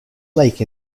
lake